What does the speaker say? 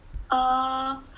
err